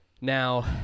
Now